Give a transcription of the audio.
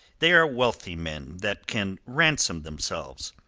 they are wealthy men that can ransom themselves.